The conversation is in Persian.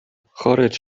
خارج